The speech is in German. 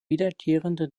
wiederkehrende